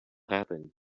happen